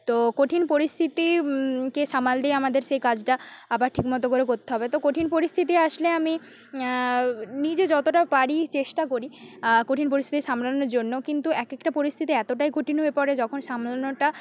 তো কঠিন পরিস্থিতি কে সামাল দিয়ে আমাদের সেই কাজটা আবার ঠিকমতো করে করতে হবে তো কঠিন পরিস্থিতি আসলে আমি আ নিজে যতটা পারি চেষ্টা করি আ কঠিন পরিস্থিতি সামলানোর জন্য কিন্তু একেকটা পরিস্থিতি এতটাই কঠিন হয়ে পড়ে যখন সামলানোটা